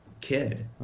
kid